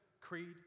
creed